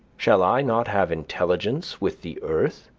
shall i not have intelligence with the earth?